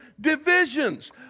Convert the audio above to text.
divisions